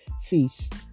feast